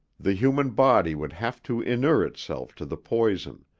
the human body would have to inure itself to the poison,